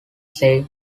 say